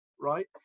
right